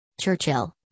Churchill